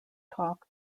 talk